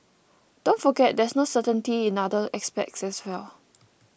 don't forget there's no certainty in other aspects as well